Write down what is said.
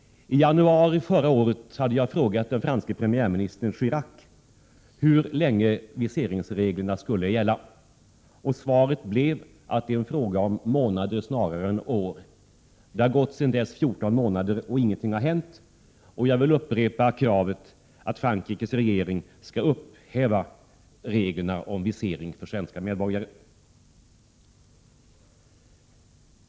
I januari förra året ställde jag frågan till franske premiärministern Chirac hur länge viseringsreglerna skulle gälla, och svaret blev att det var en fråga om månader snarare än år. Det har sedan dess gått 14 månader, och ingenting har hänt. Jag vill upprepa kravet att Frankrikes regering skall upphäva reglerna om visering för svenska medborgare.